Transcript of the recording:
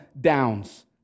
downs